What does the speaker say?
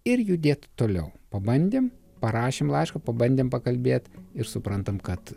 ir judėt toliau pabandėm parašėm laišką pabandėm pakalbėt ir suprantam kad